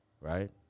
Right